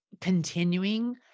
continuing